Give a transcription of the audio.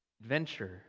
adventure